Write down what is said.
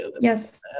yes